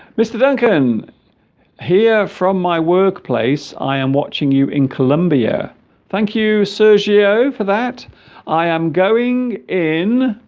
mr. duncan here from my workplace i am watching you in colombia thank you sergio for that i am going in